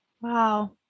Wow